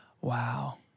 Wow